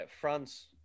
France